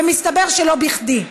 ומסתבר שלא בכדי.